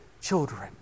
children